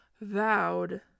vowed